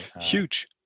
Huge